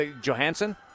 Johansson